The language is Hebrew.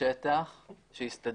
אני סומך על השטח שיסתדר.